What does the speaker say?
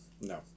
No